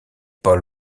paul